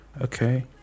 Okay